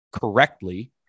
correctly